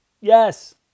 Yes